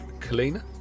Kalina